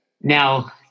now